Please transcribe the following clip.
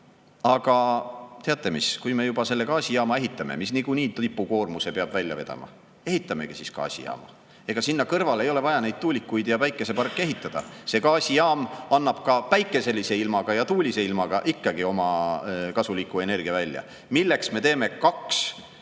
Aga teate mis? Kui me juba selle gaasijaama ehitame, mis niikuinii tipukoormuse peab välja vedama, ehitamegi siis gaasijaama. Ega sinna kõrvale ei ole vaja neid tuulikuid ja päikeseparke ehitada. See gaasijaam annab ka päikeselise ilmaga ja tuulise ilmaga ikkagi oma kasuliku energia välja. Milleks me teeme kaks süsteemi?